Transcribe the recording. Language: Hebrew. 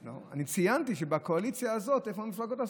אני ציינתי שבקואליציה הזאת, איפה מפלגות השמאל?